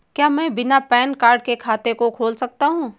क्या मैं बिना पैन कार्ड के खाते को खोल सकता हूँ?